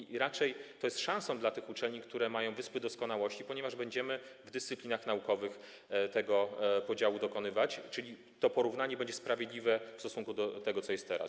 To jest raczej szansa dla tych uczelni, które mają wyspy doskonałości, ponieważ będziemy w dyscyplinach naukowych tego podziału dokonywać, czyli to porównanie będzie sprawiedliwe w stosunku do tego, co jest teraz.